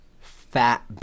fat